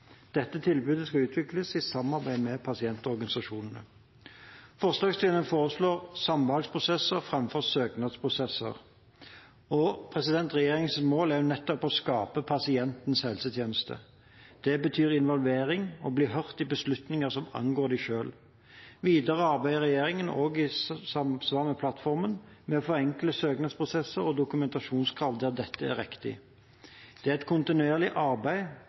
Dette tilbudet skal utvikles i samarbeid med pasientorganisasjonene. Forslagsstillerne foreslår samvalgsprosesser framfor søknadsprosesser. Regjeringens mål er nettopp å skape pasientens helsetjeneste. Det betyr involvering og å bli hørt i beslutninger som angår en selv. Videre arbeider regjeringen – i samsvar med Granavolden-plattformen – med å forenkle søknadsprosesser og dokumentasjonskrav der det er riktig. Det er et kontinuerlig arbeid,